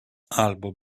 albo